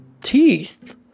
teeth